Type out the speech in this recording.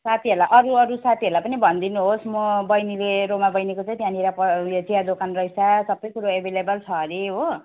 साथीहरूलाई अरू अरू साथीहरूलाई पनि भनिदिनुहोस् म बहिनीले रोमा बहिनीको चाहिँ त्यहाँनिर उयो चिया दोकान रहेछ सबै कुरो एभाइलेबल छ अरे हो